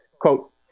quote